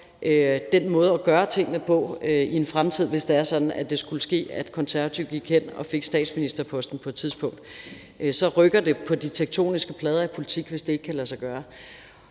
den måde at gøre tingene på i en fremtid, hvis det er sådan, at det skulle ske, at Konservative gik hen og fik statsministerposten på et tidspunkt. Så rykker det på de tektoniske plader i politik, hvis ikke det kan lade sig gøre.